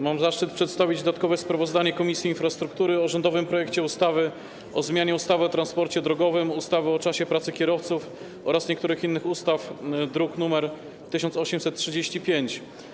Mam zaszczyt przedstawić dodatkowe sprawozdanie Komisji Infrastruktury o rządowym projekcie ustawy o zmianie ustawy o transporcie drogowym, ustawy o czasie pracy kierowców oraz niektórych innych ustaw, druk nr 1835.